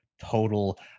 total